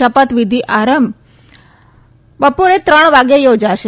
શપથવિધિ સમારંભ બપોરે ત્રણ વાગે યોજાશે